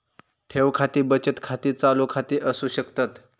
ठेव खाती बचत खाती, चालू खाती असू शकतत